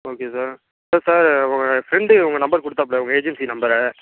okay sir இல்லை sir உங்கள் friend உங்கள் நம்பர் கொடுத்தாப்புல உங்கள் ஏஜென்சி நம்பரை